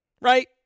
right